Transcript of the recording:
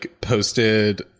posted